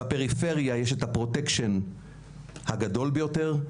בפריפריה יש את הפרוטקשן הגדול ביותר,